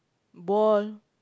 ball